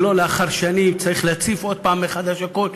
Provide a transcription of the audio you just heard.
ולא לאחר שנים צריך להציף עוד הפעם מחדש את הכול.